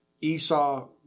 esau